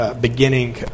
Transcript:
beginning